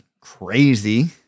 crazy